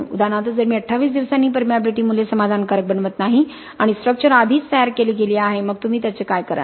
उदाहरणार्थ जर मी 28 दिवसांनी परमियाबीलिटी मूल्ये समाधानकारक बनवत नाही आणि स्ट्रक्चर आधीच तयार केली गेले आहे मग तुम्ही त्याचे काय कराल